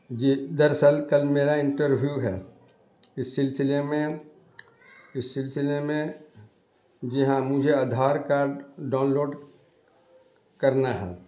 جی جی درصل کل میرا انٹرویو ہے اس سلسلے میں اس سلسلے میں جی ہاں مجھے آدھار کارڈ ڈاؤنلوڈ کرنا ہے